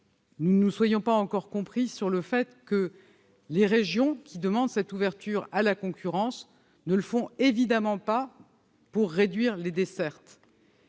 nous ne nous soyons pas encore compris sur le fait que les régions qui demandent cette ouverture à la concurrence ne le font évidemment pas pour réduire les dessertes.